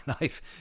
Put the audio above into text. life